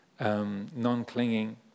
non-clinging